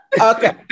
okay